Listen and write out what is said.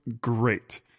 great